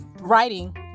writing